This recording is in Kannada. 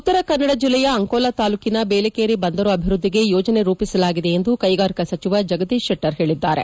ಉತ್ತರ ಕನ್ನಡ ಜಿಲ್ಲೆಯ ಅಂಕೋಲಾ ತಾಲೂಕಿನ ಬೇಲೇಕೇರಿ ಬಂದರು ಅಭಿವೃದ್ದಿಗೆ ಯೋಜನೆ ರೂಪಿಸಲಾಗಿದೆ ಎಂದು ಕೈಗಾರಿಕಾ ಸಚಿವ ಜಗದೀಶ್ ಶೆಟ್ಟರ್ ಹೇಳಿದ್ದಾರೆ